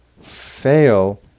fail